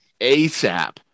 ASAP